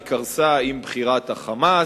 היא קרסה עם בחירת ה"חמאס",